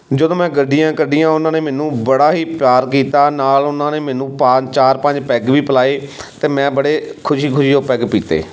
ਜਦੋਂ ਮੈਂ ਗੱਡੀਆਂ ਕੱਢੀਆਂ ਉਨ੍ਹਾਂ ਨੇ ਮੈਨੂੰ ਬੜਾ ਹੀ ਪਿਆਰ ਕੀਤਾ ਨਾਲ ਉਨ੍ਹਾਂ ਨੇ ਮੈਨੂੰ ਪਾਂਜ ਚਾਰ ਪੰਜ ਪੈੱਗ ਵੀ ਪਿਲਾਏ ਅਤੇ ਮੈਂ ਬੜੇ ਖੁਸ਼ੀ ਖੁਸ਼ੀ ਉਹ ਪੈੱਗ ਪੀਤੇ